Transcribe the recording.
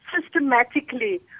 systematically